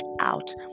out